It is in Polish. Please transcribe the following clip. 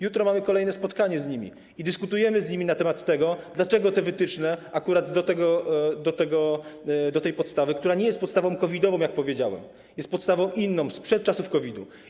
Jutro mamy kolejne spotkanie z nimi i dyskutujemy z nimi na temat tego, dlaczego te wytyczne akurat do tej podstawy, która nie jest podstawą COVID-ową, jak powiedziałem, jest inną podstawą, sprzed czasów COVID.